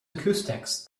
acoustics